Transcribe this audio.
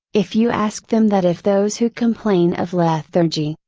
if you ask them that if those who complain of lethargy,